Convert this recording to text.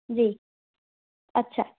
G আচ্ছা